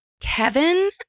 Kevin